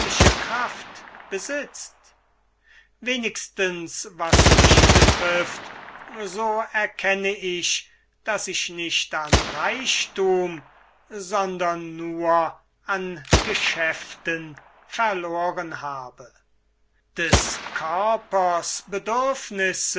kraft besitzt wenigstens was mich betrifft so erkenne ich daß ich nicht an reichthum sondern an geschäften verloren habe des körpers bedürfnisse